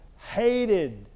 Hated